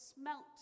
smelt